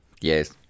Yes